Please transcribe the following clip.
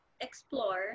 explore